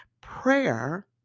Prayer